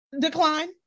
decline